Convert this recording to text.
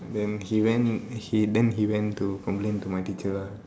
then he went in he then he went to complain to my teacher ah